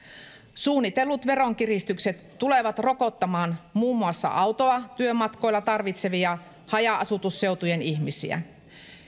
suunnitellut veronkiristykset tulevat rokottamaan muun muassa autoa työmatkoilla tarvitsevia haja asutusseutujen ihmisiä